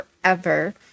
forever